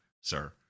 sir